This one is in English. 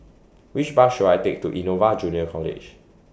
Which Bus should I Take to Innova Junior College